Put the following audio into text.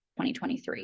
2023